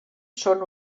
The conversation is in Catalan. són